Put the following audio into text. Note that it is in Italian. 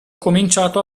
cominciato